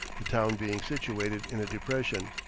the town being situated in a depression.